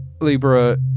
Libra